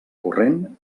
corrent